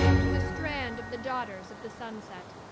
to the strand of the daughters of the sunset,